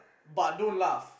but don't laugh